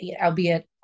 albeit